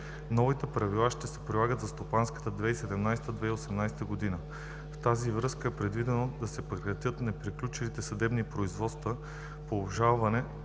Новите правила ще се прилагат за стопанската 2017 – 2018 г. В тази връзка е предвидено да се прекратят неприключилите съдебни производства по обжалване